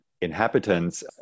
inhabitants